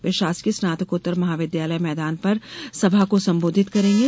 वे षासकीय स्नातकोत्तर महाविद्यालय मैदान पर सभा को संबोधित करेंगे